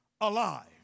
alive